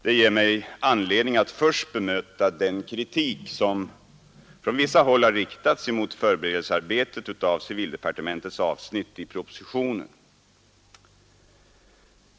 Det ger mig anledning att först bemöta den kritik som riktats mot förberedelsearbetet av civildepartementets avsnitt i propositionen.